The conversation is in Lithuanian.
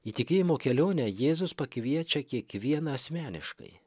į tikėjimo kelionę jėzus pakviečia kiekvieną asmeniškai